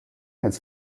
has